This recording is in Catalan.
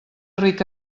ric